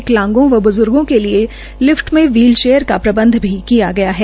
विकंलांग व ब्जूर्गो के लिए लिफ्ट में व्हीलचेयर का प्रबंध किया गया है